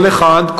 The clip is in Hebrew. כל אחד,